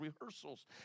rehearsals